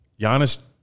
Giannis